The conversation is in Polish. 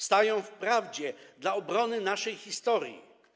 Stają w prawdzie dla obrony naszej historii.